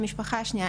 למשפחה שנייה,